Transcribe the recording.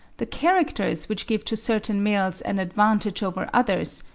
the characters which give to certain males an advantage over others,